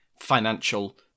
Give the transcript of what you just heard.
financial